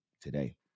today